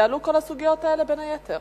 יועלו כל הסוגיות האלה בין היתר.